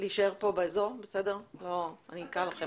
אני מקווה